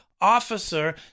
officer